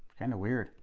kind of weird